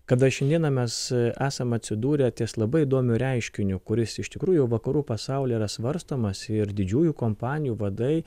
kada šiandieną mes esam atsidūrę ties labai įdomiu reiškiniu kuris iš tikrųjų vakarų pasaulyje yra svarstomas ir didžiųjų kompanijų vadai